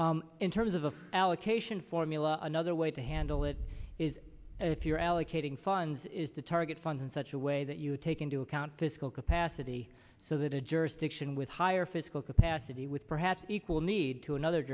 in terms of the allocation formula another way to handle it is if you're allocating funds is to target funds in such a way that you take into account physical capacity so that a jurisdiction with higher physical capacity with perhaps equal need to another